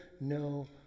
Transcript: no